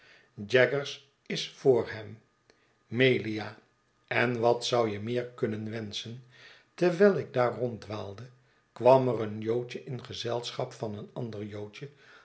jaggers is voor hem melia en wat zou je meer kunnen wenschen terwijl ik daar ronddwaalde kwam er een joodje in gezelschap van een ander joodje